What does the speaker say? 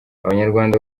abanyarwanda